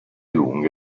lunghe